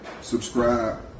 subscribe